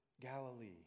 Galilee